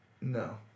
No